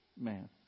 man